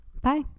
Bye